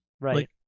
Right